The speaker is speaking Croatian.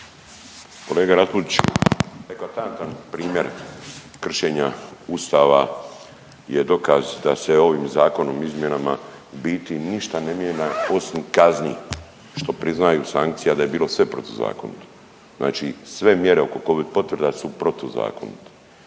Kolega Raspudić, eklatantan primjer kršena Ustava je dokaz da se ovim zakonom izmjenama u biti ništa ne mijenja osim kazni što priznaju sankcija da je bilo sve protuzakonito. Znači sve mjere oko Covid potvrda su protuzakonite.